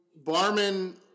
Barman